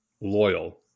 loyal